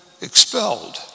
expelled